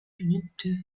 minutes